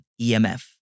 EMF